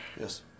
Yes